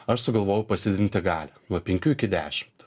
aš sugalvojau pasididinti galią nuo penkių iki dešimt